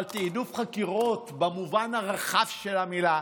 אבל תיעדוף חקירות במובן הרחב של המילה,